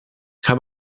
kann